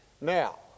Now